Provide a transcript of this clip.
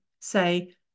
say